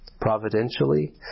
providentially